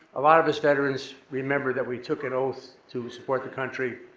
a lot of us veterans remember that we took an oath to support the country,